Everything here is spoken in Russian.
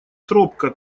тропка